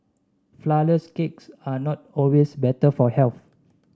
flour less cakes are not always better for health